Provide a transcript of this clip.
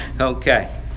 okay